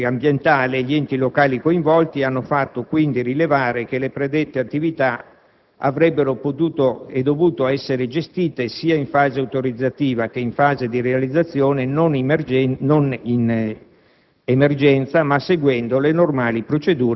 Gli organi competenti alla verifica ambientale e gli enti locali coinvolti hanno fatto, quindi, rilevare che le predette attività avrebbero dovuto essere gestite, sia in fase autorizzativa che in fase di realizzazione, non in